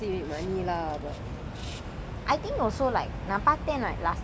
why ah one is to obviously make money lah but